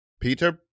Peter